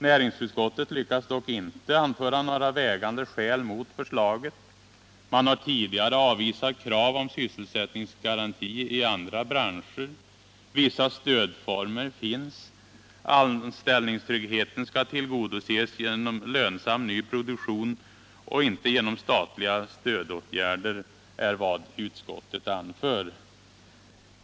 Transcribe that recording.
Näringsutskottet lyckas dock inte framlägga några vägande skäl mot förslaget. Man har tidigare avvisat krav på sysselsättningsgaranti i andra branscher. Vissa stödformer finns. Anställningstryggheten skall tillgodoses genom lönsam ny produktion och inte genom statliga stödåtgärder. Detta är vad utskottet anför.